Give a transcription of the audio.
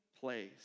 place